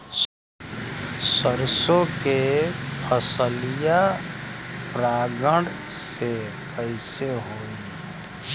सरसो के फसलिया परागण से कईसे होई?